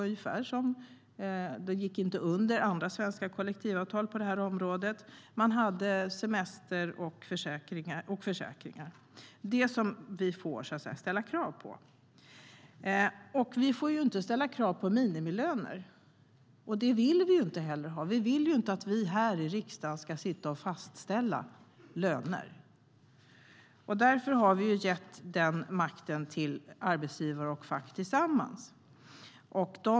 Lönesättningen gick inte under andra svenska kollektivavtal på det här området. De anställda hade också semester och försäkringar. Det är det vi får ställa krav på. Vi får inte ställa krav på minimilöner, och det vill vi inte heller. Vi vill inte att riksdagen ska fastställa löner. Därför har vi gett den makten till arbetsgivare och fack tillsammans.